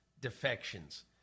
defections